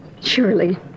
Surely